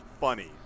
funny